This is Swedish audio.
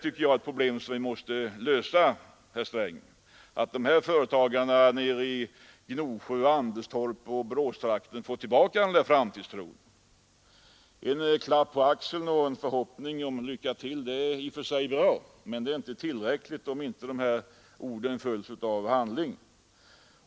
Vi måste se till, herr Sträng, att dessa företagare nere i Gnosjö och Anderstorp och i Boråstrakten — ja, överallt i vårt land — får tillbaka sin framtidstro. En klapp på axeln och ett ”lycka till” är i och för sig bra, men det är inte tillräckligt om inte orden följs av handling.